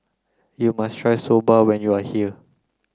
you must try Soba when you are here